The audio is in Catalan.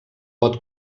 pot